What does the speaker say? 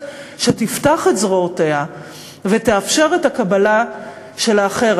שתפתח את זרועותיה ותאפשר את הקבלה של האחר.